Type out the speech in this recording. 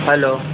hello